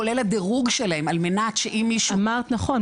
כולל הדירוג שלהם על מנת שאם מישהו --- אמרת נכון,